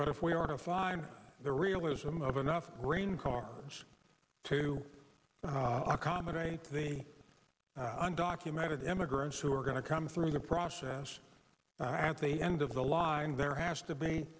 but if we are to find the realism of enough grain cars to accommodate the undocumented immigrants who are going to come through the process at the end of the line there has to be